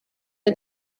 the